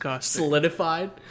solidified